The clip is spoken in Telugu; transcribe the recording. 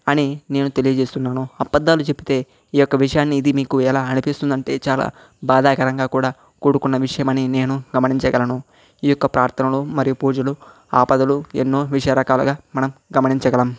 అని నేను తెలియజేస్తున్నాను అపద్దాలు చెబితే ఈ యొక్క విషయాన్ని ఇది మీకు ఎలా అనిపిస్తుంది అంటే చాలా బాధాకరంగా కూడా కూడుకున్న విషయమని నేను గమనించగలను ఈ యొక్క ప్రార్థనలు మరియు పూజలు ఆపదలు ఎన్నో విషయరకాలుగా మనం గమనించగలం